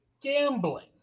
gambling